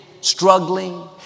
struggling